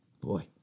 Boy